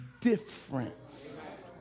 difference